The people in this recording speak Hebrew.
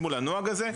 לנוהג הזה,